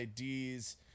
IDs